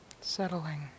settling